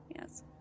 yes